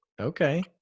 Okay